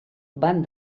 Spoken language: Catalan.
van